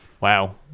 Wow